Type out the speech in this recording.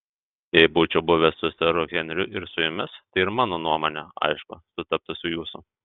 jei būčiau buvęs su seru henriu ir su jumis tai ir mano nuomonė aišku sutaptų su jūsų